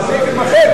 והסעיף יימחק,